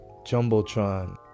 jumbotron